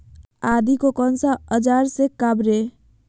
आदि को कौन सा औजार से काबरे?